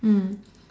mm